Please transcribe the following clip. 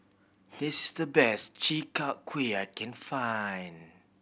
this is the best Chi Kak Kuih I can find